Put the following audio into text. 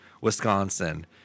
Wisconsin